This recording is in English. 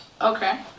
Okay